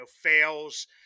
fails